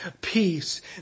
peace